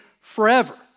forever